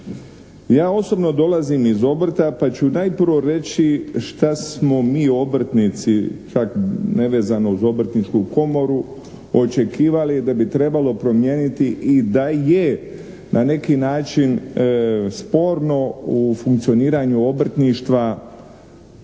Ja osobno dolazim iz obrta pa ću najprvo reći šta smo mi obrtnici pa nevezano uz obrtničku komoru očekivali da bi trebalo promijeniti i da je na neki način sporno u funkcioniranju obrtništva